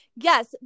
Yes